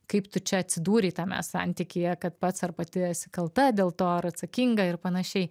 kaip tu čia atsidūrei tame santykyje kad pats ar pati esi kalta dėl to ar atsakinga ir panašiai